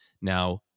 now